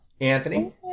anthony